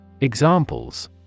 Examples